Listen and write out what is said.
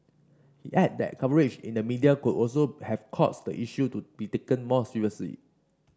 he added that coverage in the media could also have caused the issue to be taken more seriously